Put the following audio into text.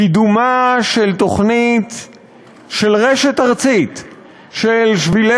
את קידומה של תוכנית של רשת ארצית של שבילי